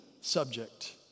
subject